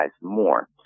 more